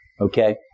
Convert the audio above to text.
okay